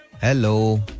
hello